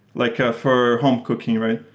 like ah for home cooking, right?